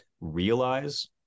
realize